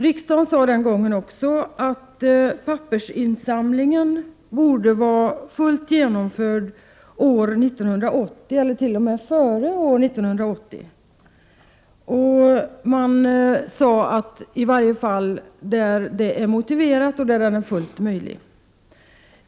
Riksdagen sade den gången också att pappersinsamlingen borde vara fullt genomförd år 1980 eller t.o.m. dessförinnan, i varje fall där detta är motiverat och fullt möjligt.